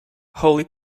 holy